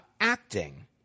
acting